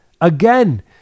Again